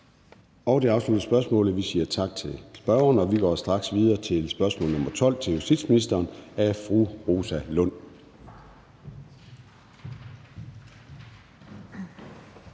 Det afsluttede spørgsmålet, så vi siger tak til spørgeren. Vi går straks videre til spørgsmål nr. 12 til justitsministeren af fru Rosa Lund.